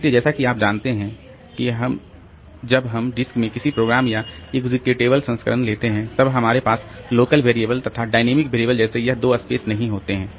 इसलिए जैसा कि आप जानते हैं कि जब हम डिस्क में किसी प्रोग्राम का एग्जीक्यूटेबल संस्करण लेते हैं तब हमारे पास लोकल वेरिएबल तथा डायनेमिक वेरिएबल जैसे यह दो स्पेस नहीं होते हैं